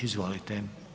Izvolite.